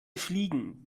fliegen